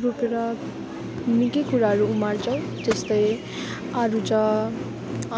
रोपेर निकै कुराहरू उमार्छौँ जस्तै आरूचा